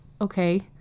okay